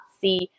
see